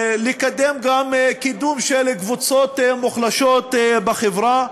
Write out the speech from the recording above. לקדם גם קבוצות מוחלשות בחברה.